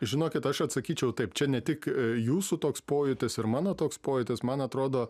žinokit aš atsakyčiau taip čia ne tik jūsų toks pojūtis ir mano toks pojūtis man atrodo